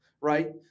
right